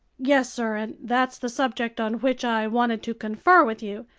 yes, sir, and that's the subject on which i wanted to confer with you.